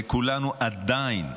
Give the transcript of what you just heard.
וכולנו עדיין,